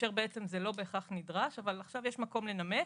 כאשר זה לא בהכרח נדרש, אבל עכשיו יש מקום לנמק,